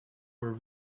were